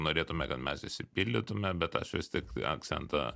norėtume kad mes išsipildytume bet aš vis tik akcentą